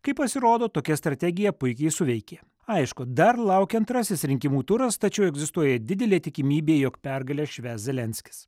kai pasirodo tokia strategija puikiai suveikė aišku dar laukia antrasis rinkimų turas tačiau egzistuoja didelė tikimybė jog pergalę švęs zelenskis